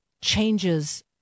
changes